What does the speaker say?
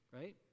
Right